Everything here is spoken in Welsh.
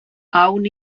awn